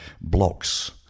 blocks